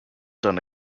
done